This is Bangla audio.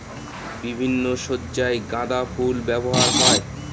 বিভিন্ন সজ্জায় গাঁদা ফুল ব্যবহার হয়